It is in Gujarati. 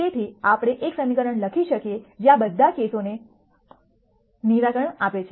તેથી આપણે એક સમીકરણ લખી શકીએ જે આ બધા કેસોને ચોરસ લંબચોરસ કેસોનું નિરાકરણ આપે છે